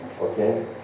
okay